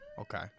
Okay